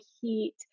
heat